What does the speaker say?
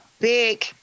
big